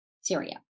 Syria